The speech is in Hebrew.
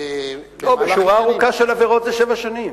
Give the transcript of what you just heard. לא, בשורה ארוכה של עבירות זה שבע שנים.